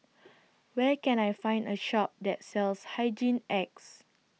Where Can I Find A Shop that sells Hygin X